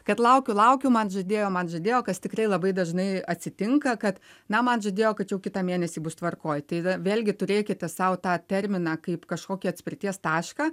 kad laukiu laukiu man žadėjo man žadėjo kas tikrai labai dažnai atsitinka kad na man žadėjo kad jau kitą mėnesį bus tvarkoj tai vėlgi turėkite sau tą terminą kaip kažkokį atspirties tašką